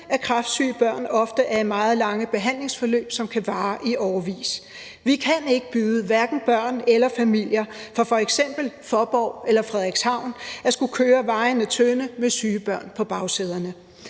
at kræftsyge børn ofte er i meget lange behandlingsforløb, som kan vare i årevis. Vi kan ikke byde hverken børn eller familier fra f.eks. Faaborg eller Frederikshavn at skulle køre vejene tynde med syge børn på bagsæderne.